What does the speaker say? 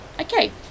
Okay